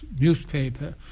newspaper